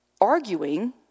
arguing